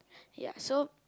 ya so